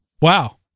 Wow